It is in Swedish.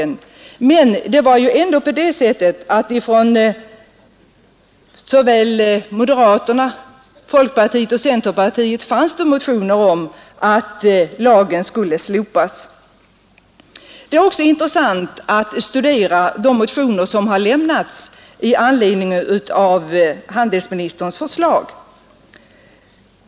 Ingen reservation förelåg. Men från såväl högern som folkpartiet och centerpartiet fanns motioner om att butiksstängningslagen skulle upphävas fr.o.m. januari 1967. Det är intressant att studera de motioner som nu har lämnats med anledning av handelsministerns anmälan till riksdagen.